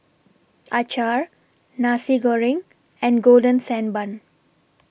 Acar Nasi Goreng and Golden Sand Bun